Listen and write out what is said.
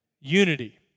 Unity